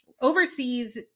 overseas